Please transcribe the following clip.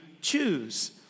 choose